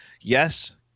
yes